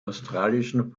australischen